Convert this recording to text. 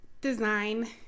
design